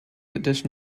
edition